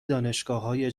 دانشگاههای